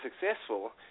successful